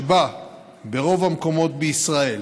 שבה ברוב המקומות בישראל